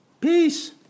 Peace